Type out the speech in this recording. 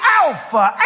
alpha